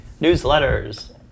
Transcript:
newsletters